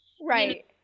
Right